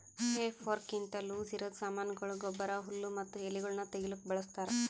ಹೇ ಫೋರ್ಕ್ಲಿಂತ ಲೂಸಇರದ್ ಸಾಮಾನಗೊಳ, ಗೊಬ್ಬರ, ಹುಲ್ಲು ಮತ್ತ ಎಲಿಗೊಳನ್ನು ತೆಗಿಲುಕ ಬಳಸ್ತಾರ್